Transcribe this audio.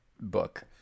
book